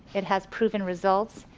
it has proven results.